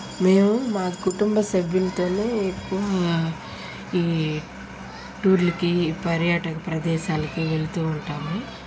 మేము మా కుటుంబ సభ్యులతోనే ఎక్కువ ఈ టూర్లుకి పర్యాటక ప్రదేశాలకి వెళ్తూ ఉంటాము